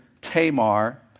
Tamar